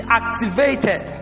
activated